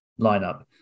lineup